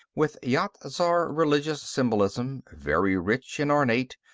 with yat-zar religious symbolism, very rich and ornate,